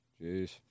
Jeez